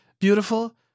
beautiful